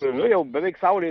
nu jau beveik saulei